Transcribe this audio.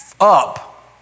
up